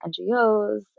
NGOs